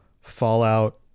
Fallout